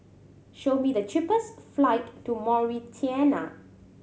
show me the cheapest flight to Mauritania